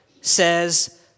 says